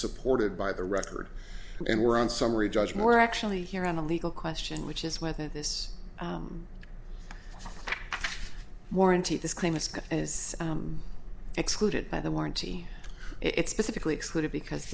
supported by the record and we're in summary judge more actually here on the legal question which is whether this warranty this claim is excluded by the warranty it's specifically excluded because